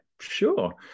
sure